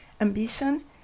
ambition